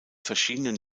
verschiedenen